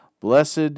Blessed